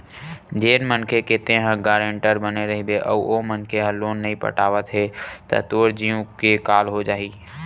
जेन मनखे के तेंहा गारेंटर बने रहिबे अउ ओ मनखे ह लोन नइ पटावत हे त तोर जींव के काल हो जाही